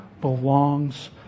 belongs